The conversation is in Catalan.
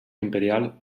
imperial